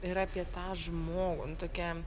yra apie tą žmogų nu tokia